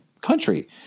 country